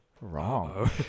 wrong